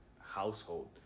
household